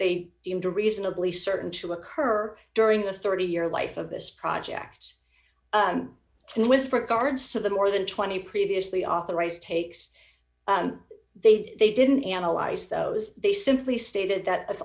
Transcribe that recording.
they seem to reasonably certain to occur during a thirty year life of this project and with regards to the more than twenty previously authorized takes they did they didn't analyze those they simply stated that